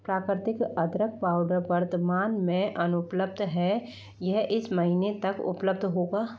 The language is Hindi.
प्राकृतिक अदरक पाउडर वर्तमान में अनुपलब्ध है यह इस महीने तक उपलब्ध होगा